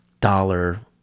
dollar